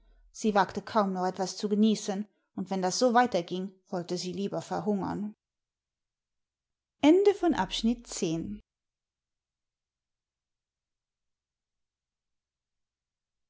sie wagte kaum noch etwas zu genießen und wenn das so weiter ging wollte sie lieber verhungern